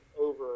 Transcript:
over